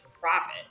profit